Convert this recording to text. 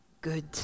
Good